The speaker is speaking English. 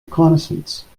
reconnaissance